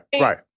right